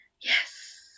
Yes